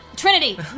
Trinity